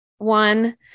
One